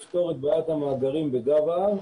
לפתור את בעיית המאגרים בגב ההר.